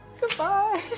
goodbye